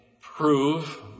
prove